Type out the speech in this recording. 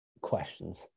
questions